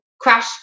crash